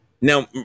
Now